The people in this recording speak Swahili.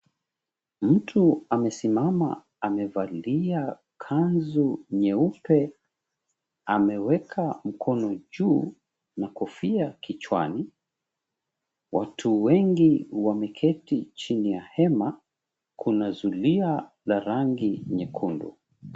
Mtu amesimama amevalia kanzu nyeupe. Ameweka mkono juu na kofia kichwani. Watu wengi wameketi chini ya hema. Kuna zulia la rangi nyekundu.